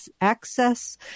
access